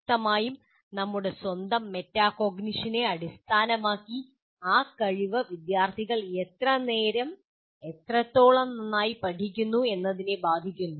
വ്യക്തമായും നമ്മുടെ സ്വന്തം മെറ്റാകോഗ്നിഷനെ അടിസ്ഥാനമാക്കി ആ കഴിവ് വിദ്യാർത്ഥികൾ എത്രനേരം എത്രത്തോളം നന്നായി പഠിക്കുന്നു എന്നതിനെ ബാധിക്കുന്നു